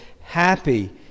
Happy